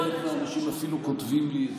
חלק מהאנשים אפילו כותבים לי.